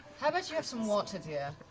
but you have some water, dear.